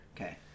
Okay